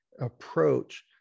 approach